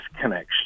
connection